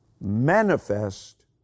Manifest